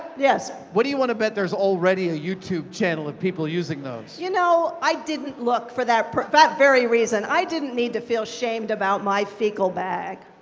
yes. what do you want to bet there's already a youtube channel of people using those? you know, i didn't look for that that very reason. i didn't need to feel shamed about my fecal bag.